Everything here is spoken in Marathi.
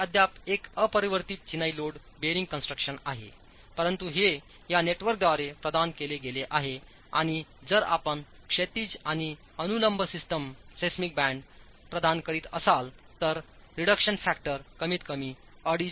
हे अद्याप एक अपरिवर्तित चिनाई लोड बेअरिंग कन्स्ट्रक्शन आहे परंतु हे या नेटवर्कद्वारे प्रदान केले गेले आहे आणि जर आपण क्षैतिज आणि अनुलंब सिस्मिक बँड प्रदान करीत असाल तर रेडक्शन फॅक्टर कमीतकमी 2